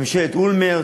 בממשלת אולמרט,